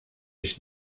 ich